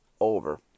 over